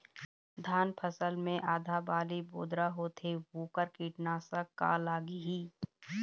धान फसल मे आधा बाली बोदरा होथे वोकर कीटनाशक का लागिही?